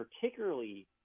particularly